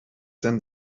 denn